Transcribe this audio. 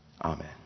Amen